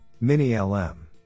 Mini-LM